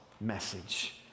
message